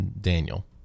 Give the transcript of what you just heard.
Daniel